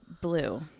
blue